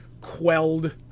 quelled